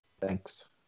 Thanks